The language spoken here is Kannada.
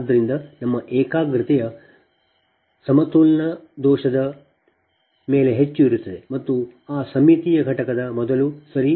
ಆದ್ದರಿಂದ ನಮ್ಮ ಏಕಾಗ್ರತೆಯು ಅಸಮತೋಲಿತ ದೋಷದ ಮೇಲೆ ಹೆಚ್ಚು ಇರುತ್ತದೆ ಮತ್ತು ಆ ಸಮ್ಮಿತೀಯ ಘಟಕದ ಮೊದಲು ಸರಿ